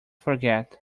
forget